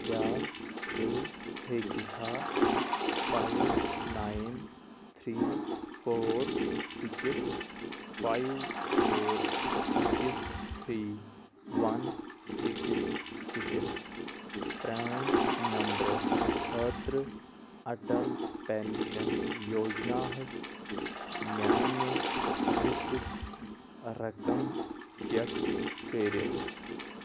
کیٛاہ ژٕ ہیٚکہِ کھا five nine three four six five four six three one six six پرٛٲنۍ نمبر خٲطرٕ اَٹَل پٮ۪نٛشَن یوجناہَس میٛانہِ حِصُک رقم چَک کٔرِتھ